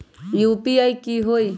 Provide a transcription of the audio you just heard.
UPI की होई?